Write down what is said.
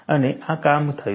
અને આ જ કામ થયું છે